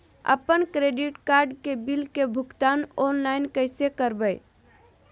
अपन credit card के bill के भुगतान ऑनलाइन कैसे करबैय?